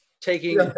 taking